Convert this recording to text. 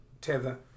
tether